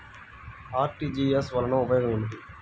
RTGS వలన ఉపయోగం ఏమిటీ?